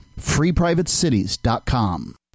FreePrivateCities.com